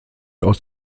aus